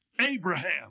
Abraham